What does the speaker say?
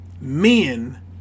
men